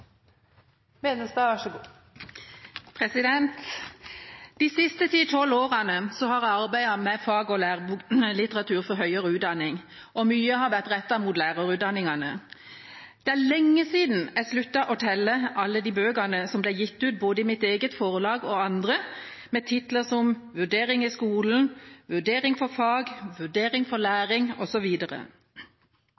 De siste ti-tolv årene har jeg arbeidet med fag- og læreboklitteratur for høyere utdanning, og mye har vært rettet mot lærerutdanningene. Det er lenge siden jeg sluttet å telle alle de bøkene som ble gitt ut, både i mitt eget forlag og andre, med titler som «Vurdering for læring», «Vurdering for læring i skolen», «Vurdering for læring i fag»,